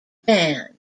band